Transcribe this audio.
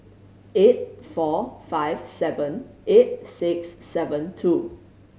eight four five seven eight six seven two